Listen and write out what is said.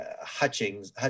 Hutchings